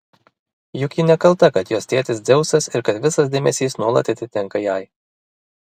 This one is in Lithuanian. juk ji nekalta kad jos tėtis dzeusas ir kad visas dėmesys nuolat atitenka jai